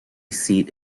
seat